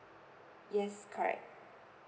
yes correct